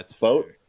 vote